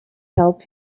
help